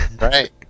right